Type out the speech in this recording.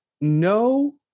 no